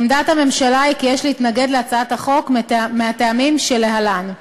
עמדת הממשלה היא כי יש להתנגד להצעת החוק מהטעמים שלהלן.